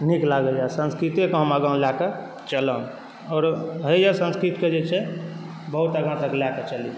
नीक लागइए संस्कृतेके हम आगाँ लएके चलब आओर होइए संस्कृतके जे छै बहुत आगाँ तक लएके चली